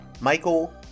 Michael